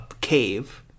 cave